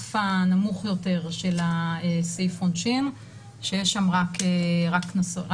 ברף הנמוך יותר של סעיף העונשין שיש שם רק קנס.